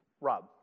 Rob